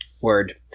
Word